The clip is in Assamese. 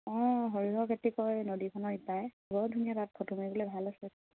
অঁ সৰিয়হৰ খেতি কৰে নদীখনৰ ইপাৰে বৰ ধুনীয়া তাত ফটো মাৰিবলৈ ভাল আছে